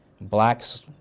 Blacks